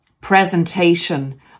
presentation